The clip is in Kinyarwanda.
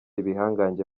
ibihangange